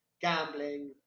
gambling